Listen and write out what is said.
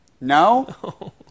No